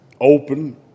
open